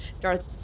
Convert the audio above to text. Darth